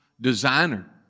designer